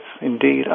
indeed